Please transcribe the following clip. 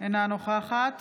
אינה נוכחת